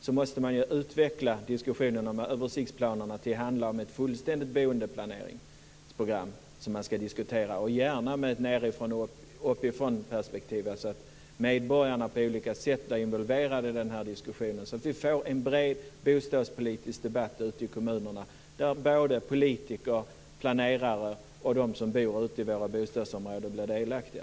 Man måste därför utveckla diskussionen om översiktsplanerna till att handla om ett fullständigt boendeplaneringsprogram - och gärna i ett perspektiv nedifrån och upp. Medborgarna måste på olika sätt vara involverade i diskussionen så att vi får en bred bostadspolitisk debatt ute i kommunerna där både politiker, planerare och de som bor ute i våra bostadsområden blir delaktiga.